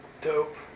Dope